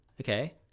okay